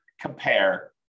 compare